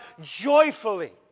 joyfully